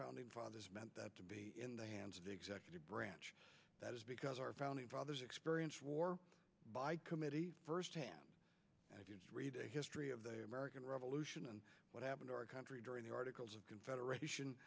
founding fathers meant that to be in the hands of the executive branch that is because our founding fathers experienced war by committee first read a history of the american revolution and what happened our country during the articles of confederation